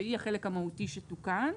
שהיא החלק המהותי שתוקן,